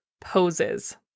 poses